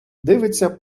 дивиться